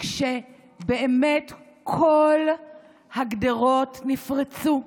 כשבאמת כל הגדרות נפרצו,